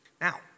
Now